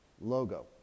logo